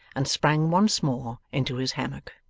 and sprang once more into his hammock.